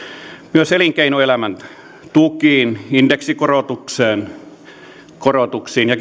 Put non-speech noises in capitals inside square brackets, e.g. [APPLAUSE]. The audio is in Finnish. myös elinkeinoelämän tukiin indeksikorotuksiin ja [UNINTELLIGIBLE]